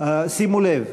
שימו לב,